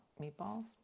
meatballs